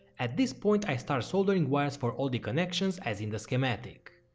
at this point i start soldering wires for all the connections as in the schematic.